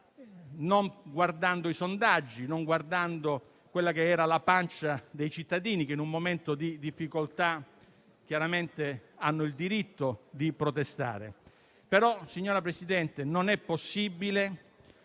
non guardando i sondaggi e non parlando alla pancia dei cittadini, che in un momento di difficoltà chiaramente hanno il diritto di protestare. Tuttavia, signor Presidente, non è possibile